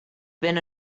been